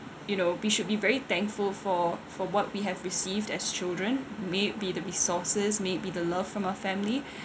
you know we should be very thankful for for what we have received as children may be the resources may be the love from our family